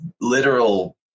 literal